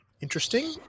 interesting